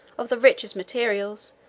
of the richest materials,